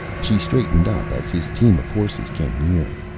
she straightened up as his team of horses came near.